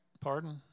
Pardon